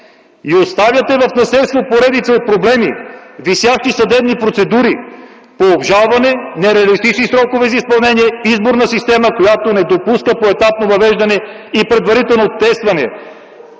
и оставяте в наследство поредица проблеми, висящи съдебни процедури по обжалване, нереалистични срокове за изпълнение, избор на система, която не допуска поетапно въвеждане и предварително тестване,